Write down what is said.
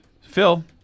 Phil